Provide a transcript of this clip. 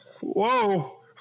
Whoa